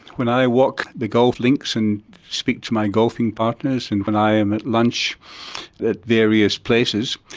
when i walk the golf links and speak to my golfing partners, and when i am at lunch at various places,